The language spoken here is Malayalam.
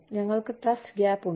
ഞങ്ങൾക്ക് ട്രസ്റ്റ് ഗാപ് ഉണ്ട്